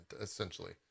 Essentially